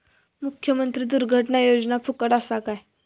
मुख्यमंत्री दुर्घटना योजना फुकट असा काय?